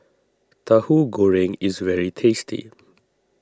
Tahu Goreng is very tasty